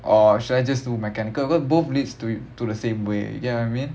or should I just do mechanical because both leads to to the same way you get what I mean